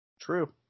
True